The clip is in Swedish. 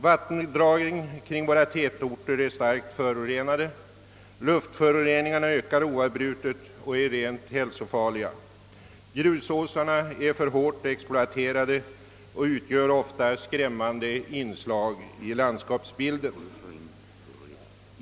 Vattendragen kring tätorterna är starkt förorenade, luftföroreningarna ökar oavbrutet och är rent hälsofarliga, grusåsarna är för hårt exploaterade och utgör ofta skrämmande inslag i landskapsbilden.